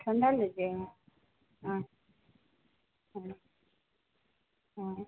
ठंडा लीजिएगा हाँ हाँ